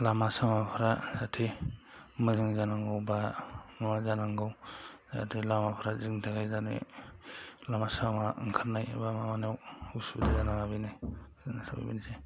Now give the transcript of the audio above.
लामा सामाफोरा जाहाथे मोजां जानांगौ एबा माबा जानांगौ लामाफोरा जोंनि थाखाय जानाय लामा सामा ओंखारनाय एबा माबानायाव असुबिदा जानाङा बेनो जाबाय बेनोसै